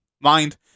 Mind